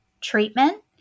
treatment